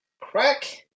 crack